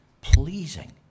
pleasing